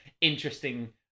interesting